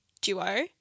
duo